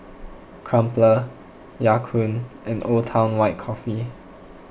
Crumpler Ya Kun and Old Town White Coffee